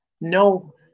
No